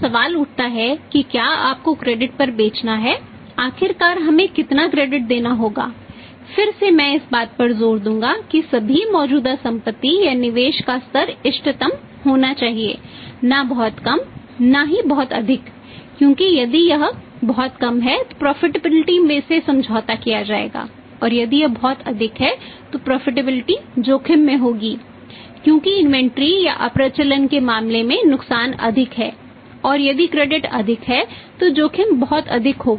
तो सवाल उठता है कि क्या आपको क्रेडिट अधिक है तो जोखिम बहुत अधिक होगा